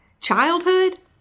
Childhood